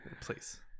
please